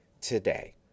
today